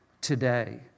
today